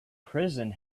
prison